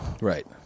Right